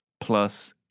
plus